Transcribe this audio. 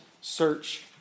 search